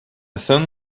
thin